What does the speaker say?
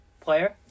player